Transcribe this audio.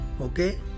okay